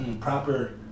proper